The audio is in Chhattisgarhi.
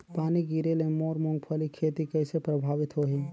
पानी गिरे ले मोर मुंगफली खेती कइसे प्रभावित होही?